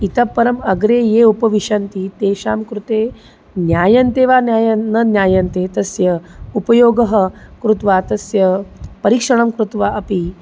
इतःपरम् अग्रे ये उपविशन्ति तेषां कृते ज्ञायते वा ज्ञायन् न ज्ञायते तस्य उपयोगं कृत्वा तस्य परीक्षणं कृत्वा अपि